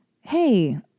hey